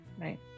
right